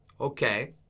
Okay